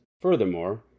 Furthermore